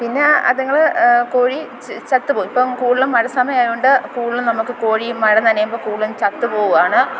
പിന്നെ അതുങ്ങൾ കോഴി ചത്തു പോകും ഇപ്പം കൂടുതലും മഴ സമയമുണ്ട് കൂടുതലും നമുക്ക് കോഴിയും മഴ നനയുമ്പോൾ കൂടുതലും ചത്തു പോകുകയാണ്